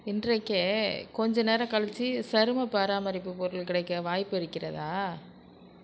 இன்றைக்கே கொஞ்சம் நேரம் கழிச்சி சரும பராமரிப்பு பொருட்கள் கிடைக்க வாய்ப்பு இருக்கிறதா